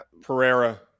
Pereira